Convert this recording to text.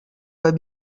pas